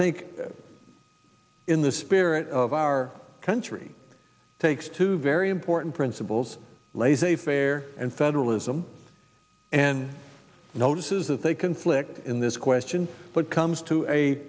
think in the spirit of our country takes two very important principles laissez faire and federalism and notices that they conflict in this question but comes to a